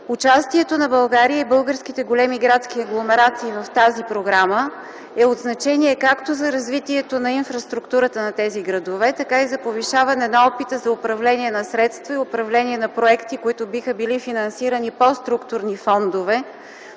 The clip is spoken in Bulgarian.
Участието на България и българските големи градски агломерации в тази програма е от значение както за развитието на инфраструктурата на тези градове, така и за повишаване опита за управление на средства и управление на проекти, които биха били финансирани по структурни фондове